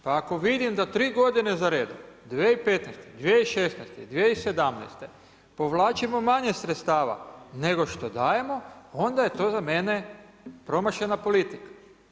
Pa ako vidim da tri godine 2015., 2016., 2017. povlačimo manje sredstava nego što dajemo onda je to za mene promašena politika.